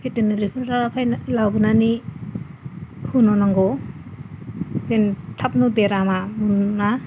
भेतेनारिफोरा लाबोनानै होनो नांगौ जेन थाबनो बेरामा मोना